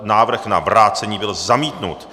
Návrh na vrácení byl zamítnut.